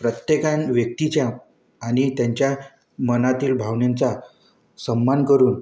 प्रत्येकान व्यक्तीच्या आणि त्यांच्या मनातील भावनेंचा सन्मान करून